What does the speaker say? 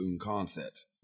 Concepts